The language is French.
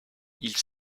ils